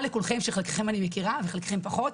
תודה לכולכם שחלקכם אני מכירה וחלקכם פחות,